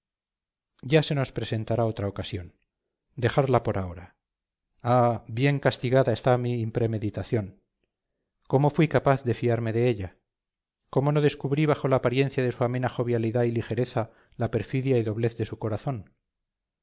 ya se nos presentará otra ocasión dejarla por ahora ah bien castigada está mi impremeditación cómo fui capaz de fiarme de ella cómo no descubrí bajo la apariencia de su amena jovialidad y ligereza la perfidia y doblez de su corazón